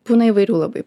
būna įvairių labai